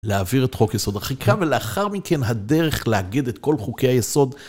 להעביר את חוק יסוד החקיקה, ולאחר מכן הדרך לאגד את כל חוקי היסוד.